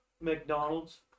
McDonald's